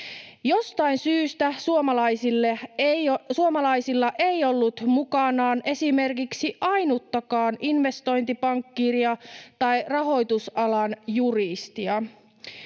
Jostain syystä suomalaisilla ei ollut mukanaan esimerkiksi ainuttakaan investointipankkiiria tai rahoitusalan juristia.